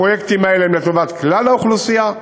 הפרויקטים האלה הם לטובת כלל האוכלוסייה,